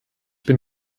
bin